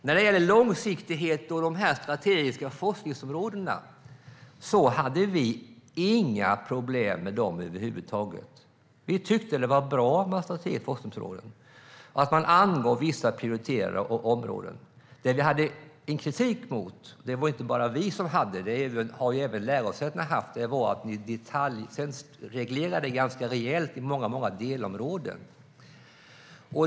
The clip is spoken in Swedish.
När det gäller långsiktighet och de strategiska forskningsområdena hade vi inga problem med dem över huvud taget. Vi tyckte att det var bra med strategiska forskningsområden och att man angav vissa prioriterade områden. Det vi, och inte bara vi utan även lärosätena, var kritiska mot var att ni detaljreglerade ganska rejält i många delområden.